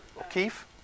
O'Keefe